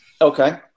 Okay